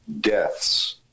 deaths